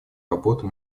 работу